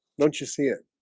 don't you see it?